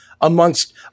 amongst